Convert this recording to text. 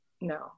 no